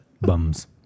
Bums